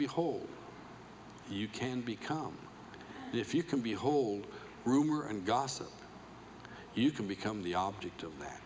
behold you can become if you can be whole rumor and gossip you can become the object of that